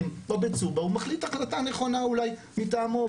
או בצובה הוא מחליט החלטה נכונה אולי מטעמו,